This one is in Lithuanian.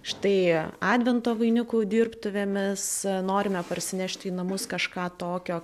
štai advento vainikų dirbtuvėmis norime parsinešti į namus kažką tokio